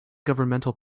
governmental